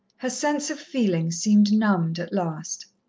her sense of feeling seemed numbed at last.